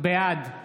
בעד